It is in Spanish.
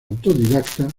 autodidacta